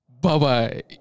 Bye-bye